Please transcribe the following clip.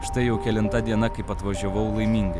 štai jau kelinta diena kaip atvažiavau laimingai